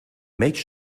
make